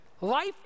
life